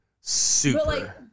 Super